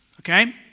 okay